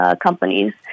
companies